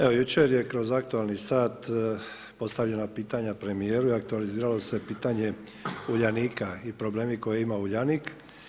Evo, jučer je kroz aktualni sat, postavljana pitanja premijeru i aktualiziralo se pitanje Uljanika i problemi koje ima Uljanik.